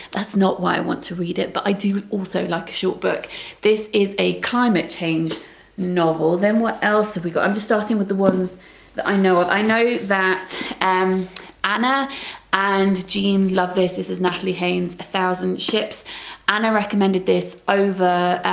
that's not why i want to read it but i do also like a short book this is a climate change novel. then. what else have we got. i'm starting with the ones that i know of, i know that um anna and jean love this is is natalie haynes's a thousand ships and anna recommended this over